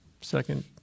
second